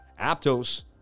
Aptos